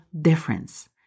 difference